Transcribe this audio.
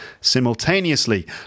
simultaneously